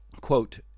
quote